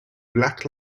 black